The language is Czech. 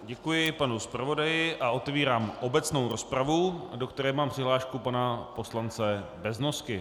Děkuji panu zpravodaji a otvírám obecnou rozpravu, do které mám přihlášku pana poslance Beznosky.